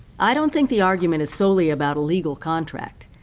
i don't think the argument is solely about a legal contract.